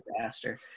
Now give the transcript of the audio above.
disaster